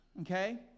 okay